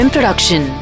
Production